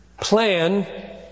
plan